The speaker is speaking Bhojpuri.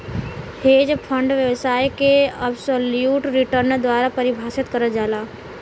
हेज फंड व्यवसाय के अब्सोल्युट रिटर्न द्वारा परिभाषित करल जाला